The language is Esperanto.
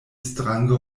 strange